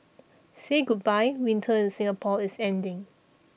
say goodbye winter in Singapore is ending